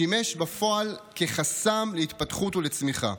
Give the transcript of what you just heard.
שימש בפועל כחסם להתפתחות ולצמיחה,